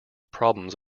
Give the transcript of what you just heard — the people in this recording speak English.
problems